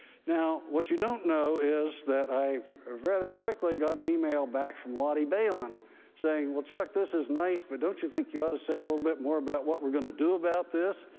now, what you don't know is that i rather quickly got an email back from lotte bailyn saying, well, chuck, this is nice, but don't you think you ought to say a little bit more about what we're going to do about this?